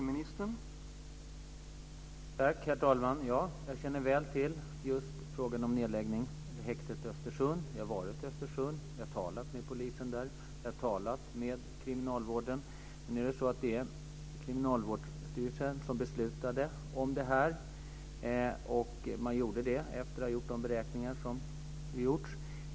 Herr talman! Ja, jag känner väl till frågan om häktet i Östersund. Jag har varit där och talat med polisen och kriminalvården. Det var Kriminalvårdsstyrelsen som fattade detta beslut efter det att man hade gjort sina beräkningar.